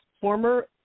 former